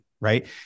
right